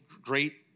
great